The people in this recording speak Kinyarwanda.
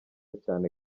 cyane